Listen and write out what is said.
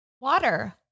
Water